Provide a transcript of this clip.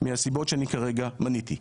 מהסיבות שאני כרגע מניתי.